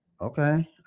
okay